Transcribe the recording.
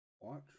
Watch